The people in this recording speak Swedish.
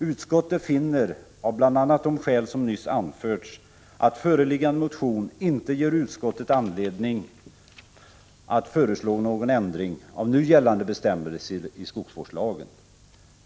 Utskottet finner av bl.a. de skäl som nyss anförts att föreliggande motion inte ger utskottet anledning att föreslå någon ändring av nu gällande bestämmelser i skogsvårdslagen.